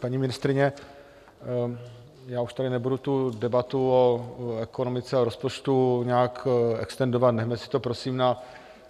Paní ministryně, já už tady nebudu tu debatu o ekonomice a rozpočtu nějak extendovat, nechme si to prosím